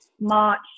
March